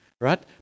right